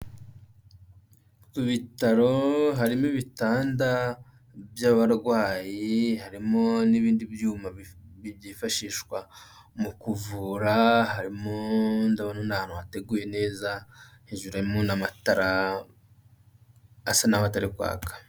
Mu bitaro harimo ibitanda by'abarwayi, harimo n'ibindi byuma byifashishwa mu kuvura, harimo, ndabona ari ari ahantu hateguye neza hejuru harimo n'amatara asa n'aho atariri kwaka.